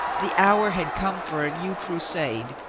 the hour had come for a new crusade.